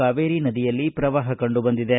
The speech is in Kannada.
ಕಾವೇರಿ ನದಿಯಲ್ಲಿ ಪ್ರವಾಹ ಕಂಡುಬಂದಿದೆ